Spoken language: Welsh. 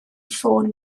ffôn